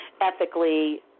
ethically